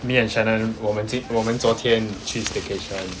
me and shannon 我们今我们昨天去 staycation